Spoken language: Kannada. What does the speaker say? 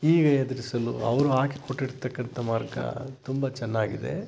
ಈಗ ಎದುರಿಸಲು ಅವರು ಹಾಕಿಕೊಟ್ಟಿರತಕ್ಕಂಥ ಮಾರ್ಗ ತುಂಬ ಚೆನ್ನಾಗಿದೆ